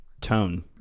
Tone